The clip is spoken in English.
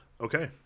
Okay